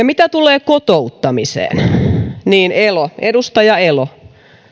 mitä tulee kotouttamiseen niin edustaja elo